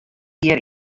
hjir